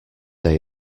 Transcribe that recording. day